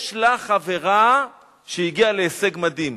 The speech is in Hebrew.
יש לה חברה שהגיעה להישג מדהים,